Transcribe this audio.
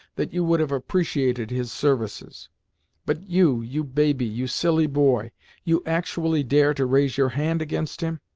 that you would have appreciated his services but you you baby, you silly boy you actually dare to raise your hand against him!